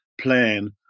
plan